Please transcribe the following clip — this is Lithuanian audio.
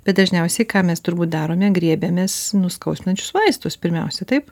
bet dažniausiai ką mes turbūt darome griebėmės nuskausminančius vaistus pirmiausia taip